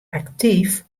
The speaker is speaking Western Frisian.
aktyf